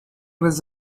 was